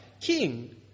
King